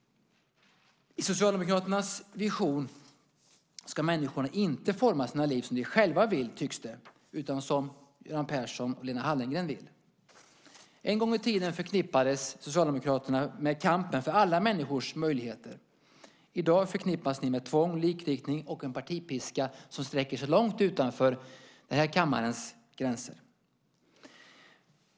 I Socialdemokraternas vision ska människorna inte forma sina liv som de själva vill, tycks det, utan som Göran Persson och Lena Hallengren vill. En gång i tiden förknippades Socialdemokraterna med kampen för alla människors möjligheter. I dag förknippas ni med tvång, likriktning och en partipiska som sträcker sig långt utanför den här kammarens gränser.